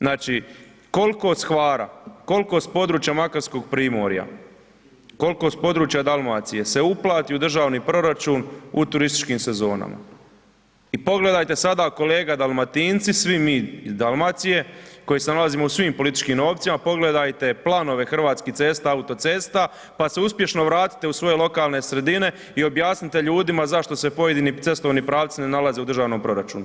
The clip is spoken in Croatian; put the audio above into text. Znači, koliko s Hvara, koliko s područja makarskog primorja, koliko s područja Dalmacije se uplati u državni proračun u turističkim sezonama i pogledajte sada, kolega Dalmatinci, svi mi iz Dalmacije, koji se nalazimo u svim političkim opcijama, pogledajte planove Hrvatskih cesta, autocesta, pa se uspješno vratite u svoje lokalne sredine i objasnite ljudima zašto se pojedini cestovni pravci ne nalaze u državnom proračunu.